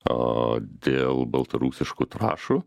o dėl baltarusiškų trąšų